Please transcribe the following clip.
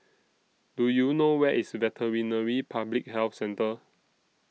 Do YOU know Where IS Veterinary Public Health Centre